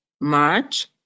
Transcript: March